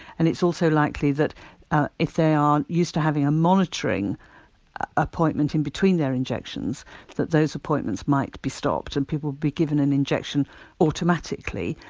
and it's also likely that if they are used to having a monitoring appointment in between their injections that those appointments might be stopped and people will be given an injection automatically.